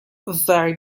vary